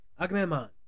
Agamemnon